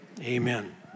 amen